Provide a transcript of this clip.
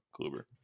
Kluber